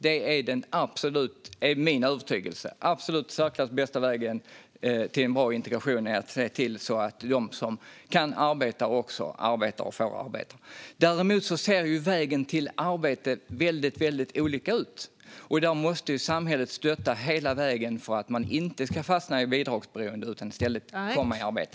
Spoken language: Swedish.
Det är min övertygelse att den absolut säkraste och bästa vägen till en bra integration är att se till att de som kan arbeta också arbetar och får arbeta. Vägen till arbete ser dock väldigt olika ut. Samhället måste stötta hela vägen för att man inte ska fastna i bidragsberoende utan i stället komma i arbete.